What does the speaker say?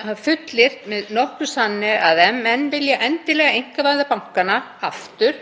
geta fullyrt með nokkrum sanni að ef menn vilja endilega einkavæða bankana aftur